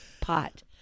pot